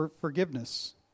forgiveness